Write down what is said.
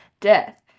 death